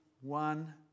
One